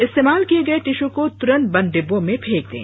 इस्तेमाल किये गए टिशू को तुरंत बंद डिब्बों में फेंक दें